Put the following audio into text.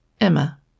Emma